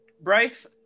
Bryce